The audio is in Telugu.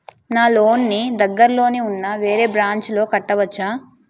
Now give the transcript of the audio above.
నా లోన్ నీ దగ్గర్లోని ఉన్న వేరే బ్రాంచ్ లో కట్టవచా?